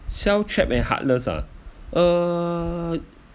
self-check when helpless ah err